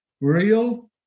real